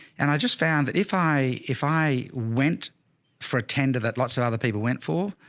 and i just found that if i, if i went for a tender that lots of other people went for,